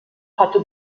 hatte